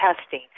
testing